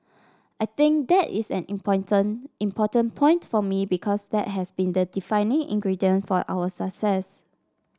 I think that is an important point for me because that has been the defining ingredient for our success